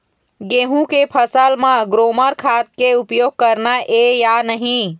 गेहूं के फसल म ग्रोमर खाद के उपयोग करना ये या नहीं?